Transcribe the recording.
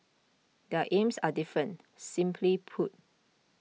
their aims are different simply put